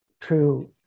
true